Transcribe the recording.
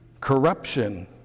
corruption